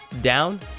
down